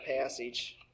passage